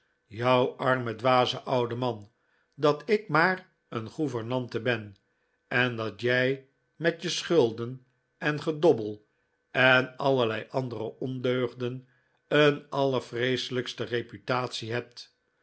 jou arme dwaze ouwe man dat ik maar een gouvernante ben en dat jij met je schulden en gedobbel en allerlei andere ondeugden een allervreeselijkste reputatie hebt